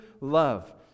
love